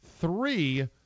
Three